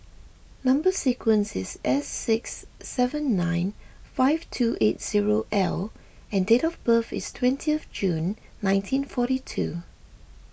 Number Sequence is S six seven nine five two eight zero L and date of birth is twentieth June nineteen forty two